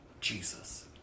Jesus